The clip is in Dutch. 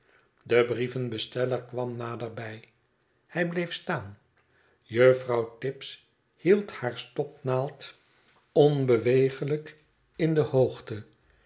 do brievenbesteller kwam naderbij hij bleef staan juffrouw tibbs hield haar stopnaald onbewegelijk in de hoogte